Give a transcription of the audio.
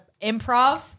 improv